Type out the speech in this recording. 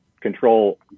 control